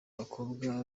bakobwa